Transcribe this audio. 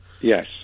Yes